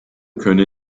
könne